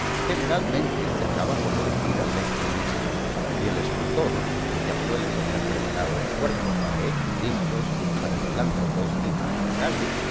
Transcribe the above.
generalmente se acaba por elegir al ex ministro y el escultor que ya suele tener preparados cuerpos para ex ministros para filántropos y para generales